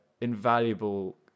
invaluable